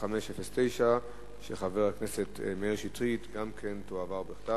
1509, של חבר הכנסת מאיר שטרית, גם כן תועבר בכתב.